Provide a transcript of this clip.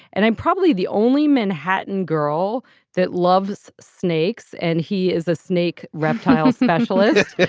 and i'm probably the only manhattan girl that loves snakes. and he is a snake reptile specialist.